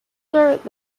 that